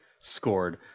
scored